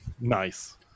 Nice